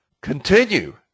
Continue